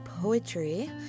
Poetry